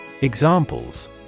Examples